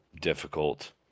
difficult